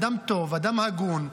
אדם טוב, אדם הגון.